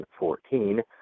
2014